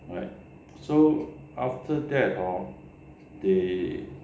alright so after that hor they